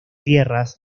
tierras